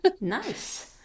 Nice